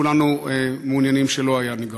כולנו מעוניינים שלא היה נגרם?